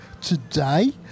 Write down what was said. today